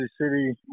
City